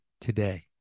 today